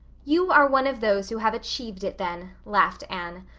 you are one of those who have achieved it then, laughed anne,